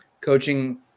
coaching